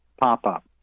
pop-up